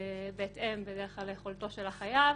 בהתאם בדרך כלל ליכולתו של החייב.